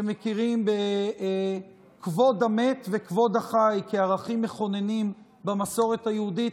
שמכירים בכבוד המת וכבוד החי כערכים מכוננים במסורת היהודית,